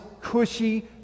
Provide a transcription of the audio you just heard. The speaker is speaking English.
cushy